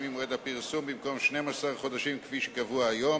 ממועד הפרסום במקום 12 חודשים כפי שקבוע היום.